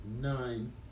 nine